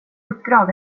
uppdrag